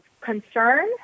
concern